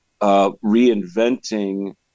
reinventing